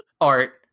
art